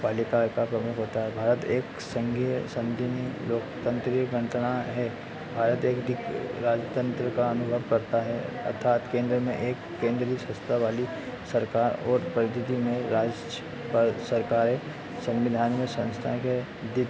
पालिका का प्रमुख होता है भारत एक संघीय संघिनी लोकतंत्रीय गंत्रणा है भारत एक अधिक राजतंत्र का अनुभव करता है अर्थात केन्द्र में एक केन्द्रीय विशेषता वाली सरकार और परिधि में राज्य पर सरकारें संविधान में संस्था के अधिक